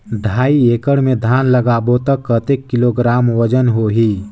ढाई एकड़ मे धान लगाबो त कतेक किलोग्राम वजन होही?